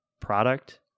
product